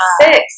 six